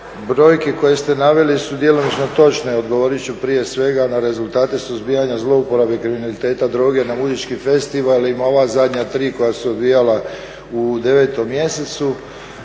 Brojke koje ste naveli su djelomično točne. Odgovorit ću prije svega na rezultate suzbijanja zlouporabe kriminaliteta droge na muzičkim festivalima. Ova zadnja tri koja su se odvijala u 9. mjesecu